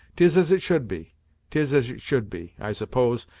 tis as it should be tis as it should be i suppose,